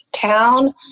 town